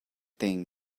thing